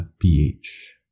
PH